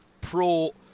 pro